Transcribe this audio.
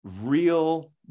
real